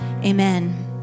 Amen